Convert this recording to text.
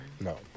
No